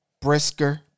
Brisker